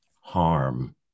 harm